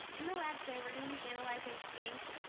in the lab today we're going to be analyzing ink,